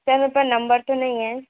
sir मेरे पर number तो नहीं है